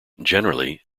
generally